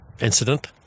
incident